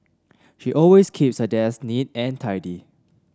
she always keeps her desk neat and tidy